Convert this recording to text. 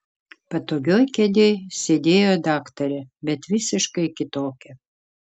patogioj kėdėj sėdėjo daktarė bet visiškai kitokia